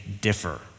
differ